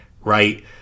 right